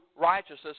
righteousness